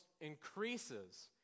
increases